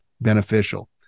beneficial